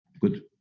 good